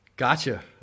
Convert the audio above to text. Gotcha